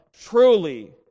Truly